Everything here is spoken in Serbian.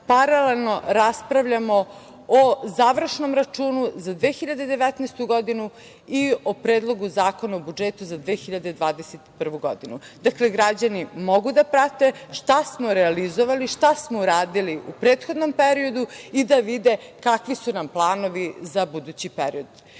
paralelno raspravljamo o završnom računu za 2019. godinu i o Predlogu zakona o budžetu za 2021. godinu. Dakle, građani mogu da prate šta smo realizovali, šta smo uradili u prethodnom periodu i da vide kakvi su nam planovi za budući period. Takođe,